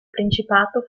principato